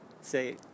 say